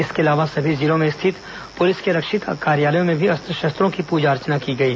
इसके अलावा सभी जिलों में स्थित पूलिस के रक्षित कार्यालयों में भी अस्त्र शस्त्रों की पूजा अर्चना की गई